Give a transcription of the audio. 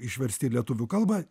išversti į lietuvių kalbą